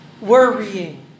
Worrying